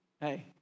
Hey